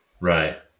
right